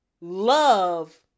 love